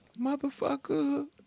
Motherfucker